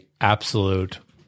absolute